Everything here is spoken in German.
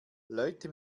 leute